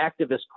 activist